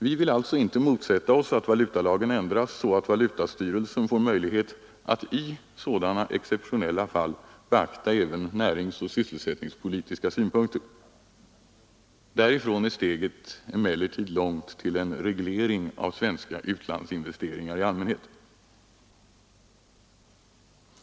Vi vill alltså inte motsätta oss att valutalagen ändras så, att valutastyrelsen får möjlighet att i sådana exceptionella fall beakta även näringsoch sysselsättningspolitiska synpunkter. Därifrån är steget emellertid långt till en reglering av svenska utlandsinvesteringar i allmänhet.